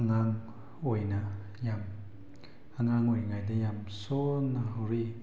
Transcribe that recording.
ꯑꯉꯥꯡ ꯑꯣꯏꯅ ꯌꯥꯝ ꯑꯉꯥꯡ ꯑꯣꯏꯔꯤꯉꯩꯗ ꯌꯥꯝ ꯁꯣꯟꯅ ꯍꯧꯔꯛꯏ